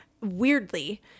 weirdly